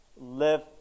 Live